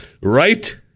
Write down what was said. right